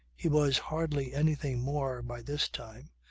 he was hardly anything more by this time.